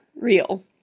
real